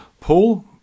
Paul